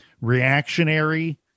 reactionary